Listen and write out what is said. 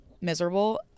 miserable